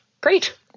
Great